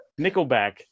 nickelback